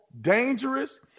dangerous